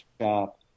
Shop